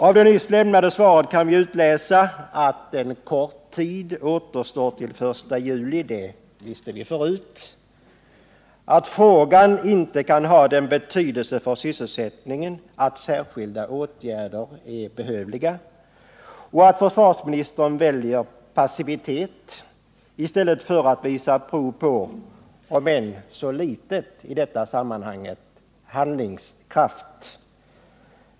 Av det nyss lämnade svaret kan vi utläsa att en kort tid återstår till den 1 juli - det visste vi förut —, att frågan inte kan ha sådan betydelse för sysselsättningen att särskilda åtgärder är behövliga och att försvarsministern väljer passivitet i stället för att, om än så litet, visa prov på handlingskraft.